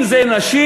אם נשים,